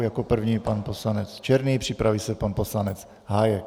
Jako první pan poslanec Černý, připraví se pan poslanec Hájek.